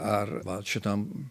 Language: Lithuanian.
ar va šitam